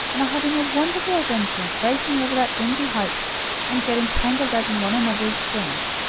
and are having a wonderful adventure racing over that windy height and getting tangled up in one another's strings.